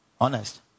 Honest